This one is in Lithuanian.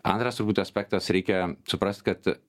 antras turbūt aspektas reikia suprast kad